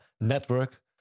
network